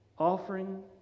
Offering